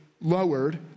lowered